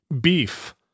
beef